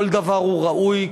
כל דבר הוא ראוי,